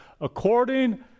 according